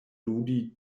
ludi